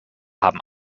haben